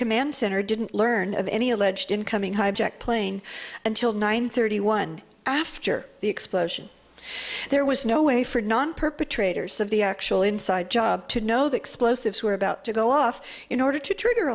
command center didn't learn of any alleged incoming hijacked plane until nine thirty one after the explosion there was no way for non perpetrators of the actual inside job to know the explosives were about to go off in